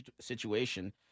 situation